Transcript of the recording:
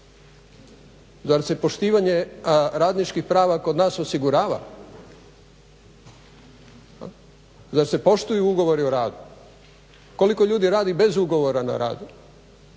Zar se poštivanje radničkih prava kod nas osigurava? Zar se poštuju ugovori o radu? Koliko ljudi radi bez ugovora o radu?